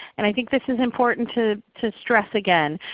and i think this is important to to stress again.